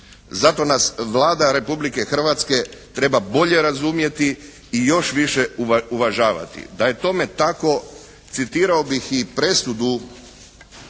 Zato nas Vlada Republike Hrvatske treba bolje razumjeti i još više uvažavati. Da je tome tako citirao bih i presudu